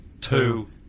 two